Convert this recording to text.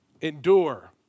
Endure